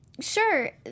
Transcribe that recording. Sure